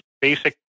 basic